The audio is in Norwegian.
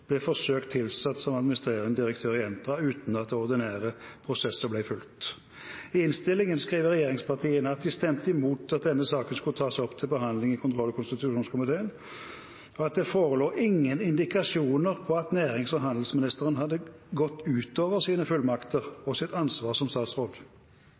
ble forsøkt tilsatt som administrerende direktør i Entra uten at ordinære prosesser ble fulgt. I innstillingen skriver regjeringspartiene at de «stemte imot at denne saken skulle tas opp til behandling i kontroll- og konstitusjonskomiteen», og at det «forelå ingen indikasjoner på at nærings- og handelsministeren hadde gått utover sine